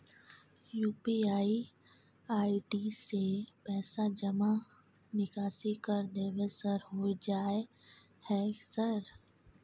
UPI ID से पैसा जमा निकासी कर देबै सर होय जाय है सर?